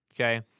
okay